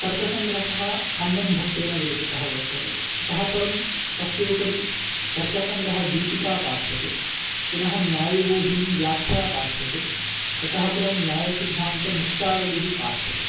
तर्कसङ्ग्रहः अन्नम्भट्टेन विरचितः वर्तते ततः परं तस्योपरि तर्कसङ्ग्रहदीपिका पाठ्यते पुनः न्यायबोधिनीव्याख्या पाठ्यते ततः परं न्यायसिद्धान्तमुक्तावलिः पाठ्यते